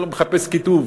מחפש קיטוב.